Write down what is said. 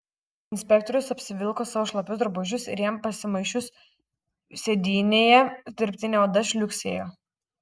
inspektorius apsivilko savo šlapius drabužius ir jam pasimuisčius sėdynėje dirbtinė oda žliugsėjo